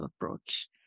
approach